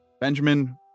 Benjamin